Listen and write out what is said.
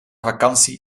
vakantie